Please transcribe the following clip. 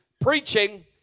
preaching